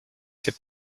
ses